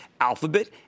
Alphabet